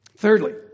Thirdly